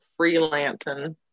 freelancing